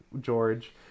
george